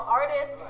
artist